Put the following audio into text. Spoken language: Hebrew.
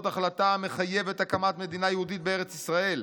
החלטה המחייבת הקמת מדינה יהודית בארץ-ישראל,